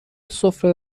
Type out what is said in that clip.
سفره